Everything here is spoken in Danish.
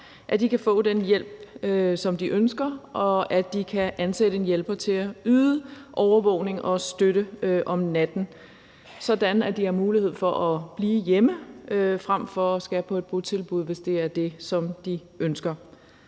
sygdomme kan få den hjælp, som de ønsker, og at de kan ansætte en hjælper til at yde overvågning og støtte om natten, sådan at de har mulighed for at blive hjemme frem for at skulle på et botilbud, hvis det er det, som de ønsker.